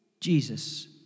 Jesus